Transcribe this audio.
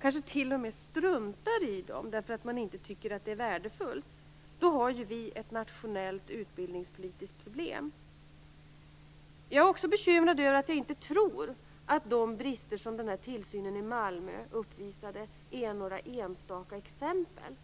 kanske t.o.m. struntar i dem därför att man inte tycker att det är värdefullt, har vi ett nationellt utbildningspolitiskt problem. Jag är också bekymrad därför att jag inte tror att de brister som tillsynen i Malmö uppvisade är några enstaka exempel.